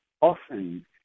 often